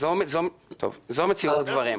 זו מציאות הדברים.